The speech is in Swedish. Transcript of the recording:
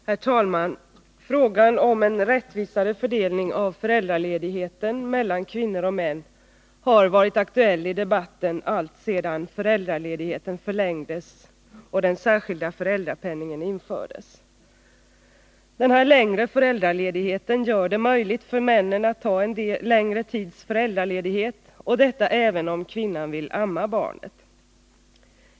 Herr talman! Frågan om en rättvisare fördelning av föräldraledigheten mellan kvinnor och män har varit aktuell i debatten alltsedan föräldraledigheten förlängdes och den särskilda föräldrapenningen infördes. Denna förlängda föräldraledighet gör det möjligt för männen att ta en längre tids föräldraledighet, även om kvinnan vill amma barnet.